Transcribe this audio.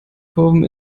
kurven